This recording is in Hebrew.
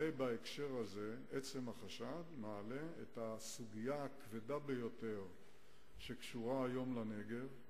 עצם החשד מעלה בהקשר הזה את הסוגיה הכבדה ביותר שקשורה היום לנגב,